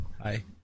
Hi